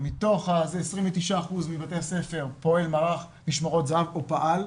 שב- 29% מבתי הספר פועל משמרות זה"ב או פעל,